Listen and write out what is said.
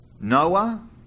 Noah